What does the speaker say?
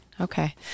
Okay